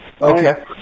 Okay